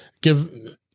give